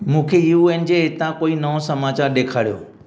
मूंखे U N जे हितां कोई नओं समाचार ॾेखारियो